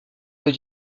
veut